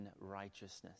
righteousness